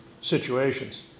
situations